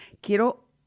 Quiero